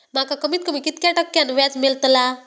माका कमीत कमी कितक्या टक्क्यान व्याज मेलतला?